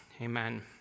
amen